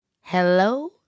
Hello